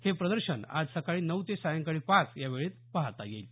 हे प्रदर्शन आज सकाळी नऊ ते सायंकाळी पाच या वेळेत पाहता येईल